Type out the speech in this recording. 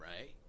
right